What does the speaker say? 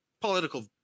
political